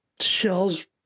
shells